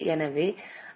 எனவே அதை என்